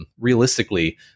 realistically